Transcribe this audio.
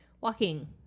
Walking